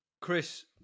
Chris